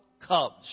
Cubs